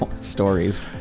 stories